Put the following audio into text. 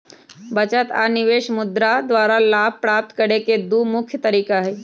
बचत आऽ निवेश मुद्रा द्वारा लाभ प्राप्त करेके दू मुख्य तरीका हई